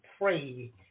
pray